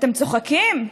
אתם צוחקים?